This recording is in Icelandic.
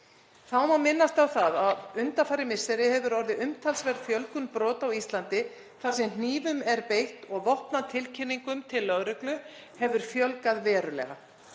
Þá má minnast á það að undanfarin misseri hefur orðið umtalsverð fjölgun brota á Íslandi þar sem hnífum er beitt og vopnatilkynningum til lögreglu hefur fjölgað verulega.